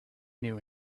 new